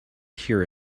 hear